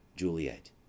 Juliet